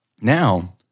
Now